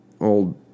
old